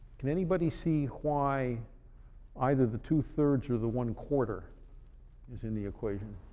can anybody see why either the two-thirds or the one-quarter is in the equation?